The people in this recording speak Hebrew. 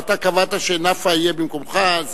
אבל אתה קבעת שנפאע יהיה במקומך,